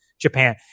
Japan